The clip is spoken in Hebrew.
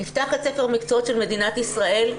נפתח את ספר המקצועות של מדינת ישראל,